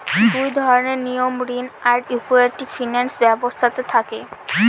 দুই ধরনের নিয়ম ঋণ আর ইকুইটি ফিনান্স ব্যবস্থাতে থাকে